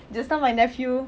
just now my nephew